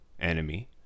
enemy